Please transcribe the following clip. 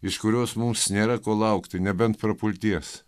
iš kurios mums nėra ko laukti nebent prapulties